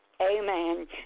Amen